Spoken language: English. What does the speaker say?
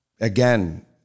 Again